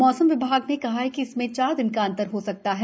मौसम विभाग ने कहा कि इसमें चार दिन का अंतर हो सकता है